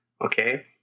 okay